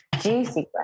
juicy